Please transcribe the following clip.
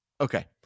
Okay